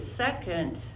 Second